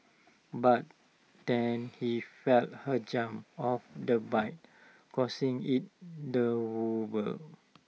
but then he felt her jump off the bike causing IT to wobble